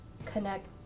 connect